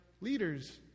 leaders